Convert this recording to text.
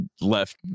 left